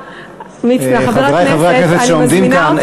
חברי הכנסת שעומדים כאן.